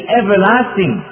everlasting